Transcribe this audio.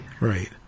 Right